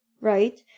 right